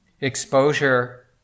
Exposure